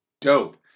dope